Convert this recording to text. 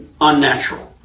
unnatural